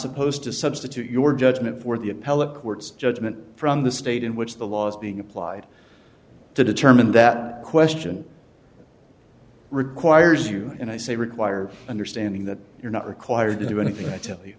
supposed to substitute your judgment for the appellate court's judgment from the state in which the law is being applied to determine that question requires you and i say require understanding that you're not required to do anything i tell you